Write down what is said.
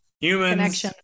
humans